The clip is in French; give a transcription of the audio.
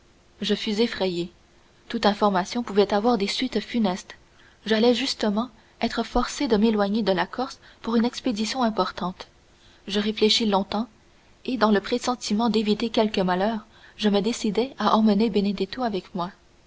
je fus effrayé toute information pouvait avoir des suites funestes j'allais justement être forcé de m'éloigner de la corse pour une expédition importante je réfléchis longtemps et dans le pressentiment d'éviter quelque malheur je me décidai à emmener benedetto avec moi